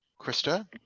Krista